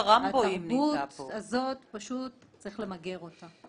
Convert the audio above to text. צריך פשוט למגר את התרבות הזאת.